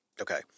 Okay